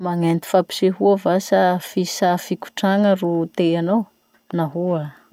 Magnenty fampisehoa va sa fihisà fikotraha ro teanao? Nahoa?